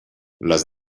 les